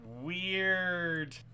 weird